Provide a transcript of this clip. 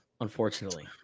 unfortunately